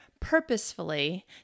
purposefully